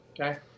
Okay